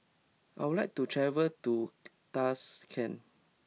I would like to travel to Tashkent